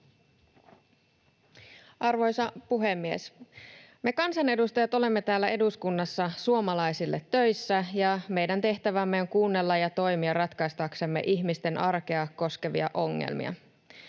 Arvoisa puhemies! Me kansanedustajat olemme täällä eduskunnassa suomalaisille töissä, ja meidän tehtävämme on kuunnella ja toimia ratkaistaksemme ihmisten arkea koskevia ongelmia.